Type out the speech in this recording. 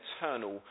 eternal